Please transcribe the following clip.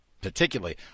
particularly